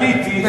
עליתי,